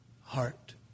heart